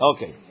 Okay